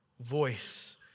voice